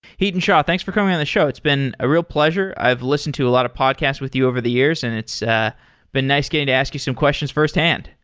hiten shah, thanks for coming on the show. it's been a real pleasure. i have listened to a lot of podcasts with you over the years and it's ah been nice getting to ask you some questions firsthand.